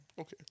Okay